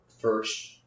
first